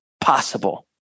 possible